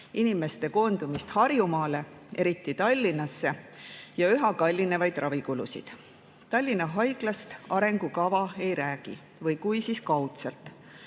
inimeste koondumist Harjumaale, eriti Tallinnasse, ja üha kallinevaid ravikulusid. Tallinna Haiglast arengukava ei räägi, või kui, siis kaudselt.